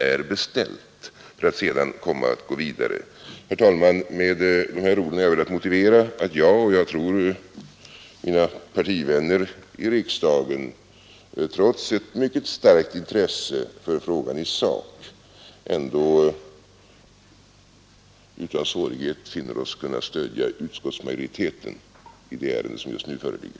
Med dessa ord har jag velat motivera att jag — och jag call skynda sig, så att vi verkligen får fram det underlag som st tror att det också gäller mina partivänner i riksdagen — trots ett mycket En allmän dd sne starkt intresse för frågan i sak ändå utan svårighet finner mig kunna socialförsäkring stödja utskottsmajoriteten i det ärende som just nu föreligger.